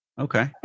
Okay